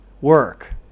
work